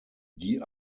die